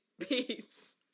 Peace